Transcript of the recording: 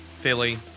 Philly